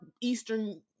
eastern